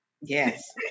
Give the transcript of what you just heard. Yes